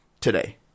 today